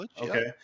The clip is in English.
Okay